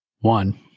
one